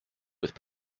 with